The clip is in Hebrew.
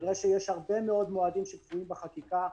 נראה שיש הרבה מאוד מועדים שקבועים בחקיקה.